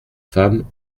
femme